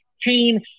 pain